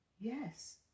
Yes